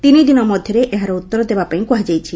ତିନଦିନ ମଧ୍ଧରେ ଏହାର ଉତ୍ତର ଦେବା ପାଇଁ କୁହାଯାଇଛି